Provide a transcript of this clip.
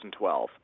2012